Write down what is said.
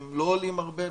הם לא עולים הרבה,